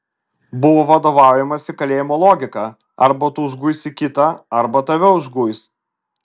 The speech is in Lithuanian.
buvo vadovaujamasi kalėjimo logika arba tu užguisi kitą arba tave užguis